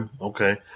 okay